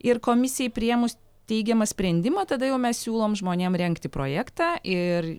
ir komisijai priėmus teigiamą sprendimą tada jau mes siūlom žmonėm rengti projektą ir